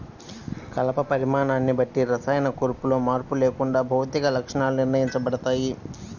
కలప పరిమాణాన్ని బట్టి రసాయన కూర్పులో మార్పు లేకుండా భౌతిక లక్షణాలు నిర్ణయించబడతాయి